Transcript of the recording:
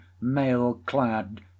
mail-clad